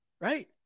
right